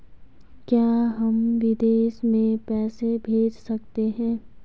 क्या हम विदेश में पैसे भेज सकते हैं?